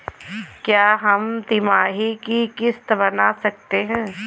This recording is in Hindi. क्या हम तिमाही की किस्त बना सकते हैं?